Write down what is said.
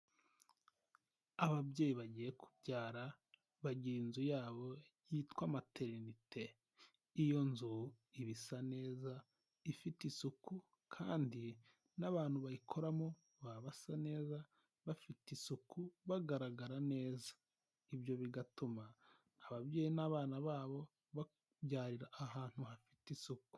Ababyeyi bagiye kubyara bagira inzu yabo yitwa materinete, iyo nzu iba isa neza, ifite isuku kandi n'abantu bayikoramo baba basa neza, bafite isuku, bagaragara neza, ibyo bigatuma ababyeyi n'abana babo babyarira ahantu hafite isuku.